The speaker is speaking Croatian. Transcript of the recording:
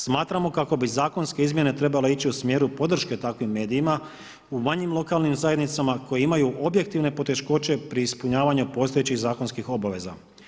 Smatramo kako bi zakonske izmjene trebale ići u smjeru podrške takvim medijima u manjim lokalnim zajednicama koje imaju objektivne poteškoće pri ispunjavanju postojećih zakonskih obaveza.